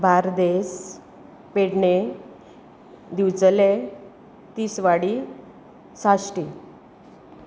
Bardez Pedne Divchale Tiswadi Sashti